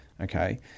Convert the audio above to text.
Okay